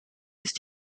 ist